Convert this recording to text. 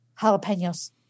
Jalapenos